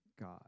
God